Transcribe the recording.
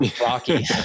Rocky